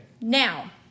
Now